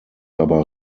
aber